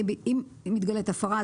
אם מתגלית הפרה,